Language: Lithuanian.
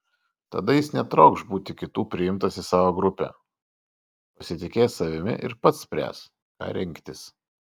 tada jis netrokš būti kitų priimtas į savo grupę pasitikės savimi ir pats spręs ką rinktis